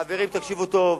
חברים, תקשיבו טוב.